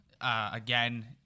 Again